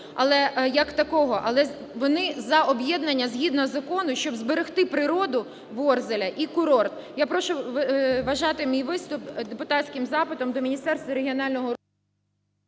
але вони за об'єднання згідно закону, щоб зберегти природу Ворзеля і курорт. Я прошу вважати мій виступ депутатським запитом до Міністерства регіонального…